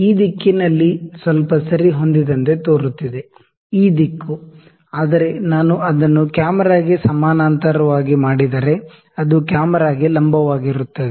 ಈ ದಿಕ್ಕಿನಲ್ಲಿ ಸ್ವಲ್ಪ ಸರಿಹೊಂದಿದಂತೆ ತೋರುತ್ತಿದೆ ಈ ದಿಕ್ಕು ಆದರೆ ನಾನು ಅದನ್ನು ಕ್ಯಾಮೆರಾಗೆ ಪ್ಯಾರಲ್ಲಲ್ ಆಗಿ ಮಾಡಿದರೆ ಅದು ಕ್ಯಾಮೆರಾಗೆ ಪೆರ್ಪೆಂಡಿಕ್ಯುಲರ್ ಆಗಿರುತ್ತದೆ